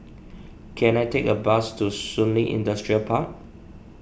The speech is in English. can I take a bus to Shun Li Industrial Park